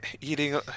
eating